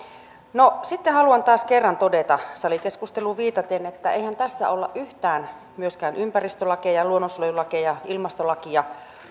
sitten haluan taas kerran todeta salikeskusteluun viitaten että eihän tässä olla yhtään myöskään ympäristölakeja luonnonsuojelulakeja ilmastolakia